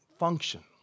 function